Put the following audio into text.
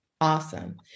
Awesome